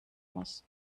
muss